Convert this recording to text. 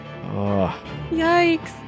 yikes